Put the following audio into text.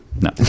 no